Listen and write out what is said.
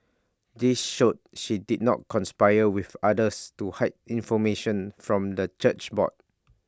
this showed she did not conspire with others to hide information from the church board